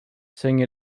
saying